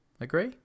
agree